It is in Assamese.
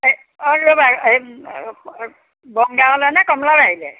এই ৰ'বা এই বনগাঁৱলৈ নে কমলাবাৰীলৈ